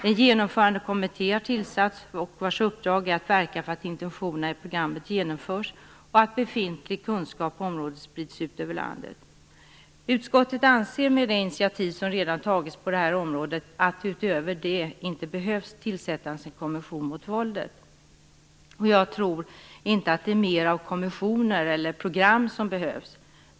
En genomförandekommitté har tillsatts, vars uppdrag är att verka för att intentionerna i programmet genomförs och att befintlig kunskap på området sprids ut över landet. Utskottet anser att det utöver de initiativ som redan tagits på det här området inte behöver tillsättas en kommission mot våldet. Jag tror inte att det är mer av konventioner eller program som behövs.